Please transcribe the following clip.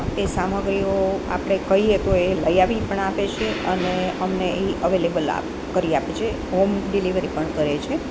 એ સામગ્રીઓ આપણે કહીએ તો એ લઈ આવી પણ આપે છે અને અમને એ અવેલેબલ કરી આપે છે હોમ ડિલેવરી પણ કરે છે